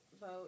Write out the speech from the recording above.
vote